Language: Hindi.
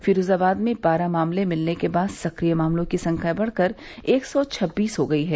फिरोजाबाद में बारह मामले मिलने के बाद सक्रिय मामलों की संख्या बढ़कर एक सौ छब्बीस हो गई है